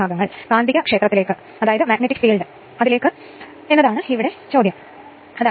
2475 W c 500 അതായത് 2 സമവാക്യം 2